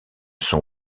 son